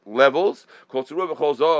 levels